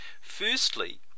Firstly